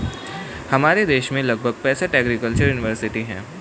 हमारे देश में लगभग पैंसठ एग्रीकल्चर युनिवर्सिटी है